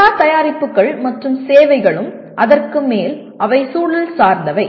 எல்லா தயாரிப்புகள் மற்றும் சேவைகளும் அதற்கு மேல் அவை சூழல் சார்ந்தவை